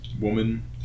woman